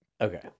Okay